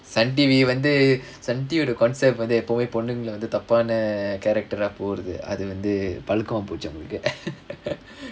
sun T_V வந்து:vanthu sun T_V ஓட:oda concept வந்து எப்பவுமே பொண்ணுங்கள வந்து தப்பான:vanthu eppavumae ponnungala vanthu thappaana character ah போடுறது அது வந்து பழக்கமா போச்சு அவங்களுக்கு:podurathu athu vanthu palakkamaa pochu avangalukku